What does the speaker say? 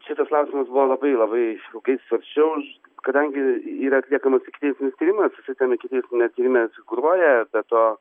šitas klausimas buvo labai labai ilgai svarsčiau kadangi yra atliekamas ikiteisminis tyrimas jisai tame ikiteisminiame tyrime figūruoja be to